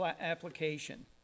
application